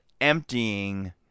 emptying